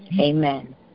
Amen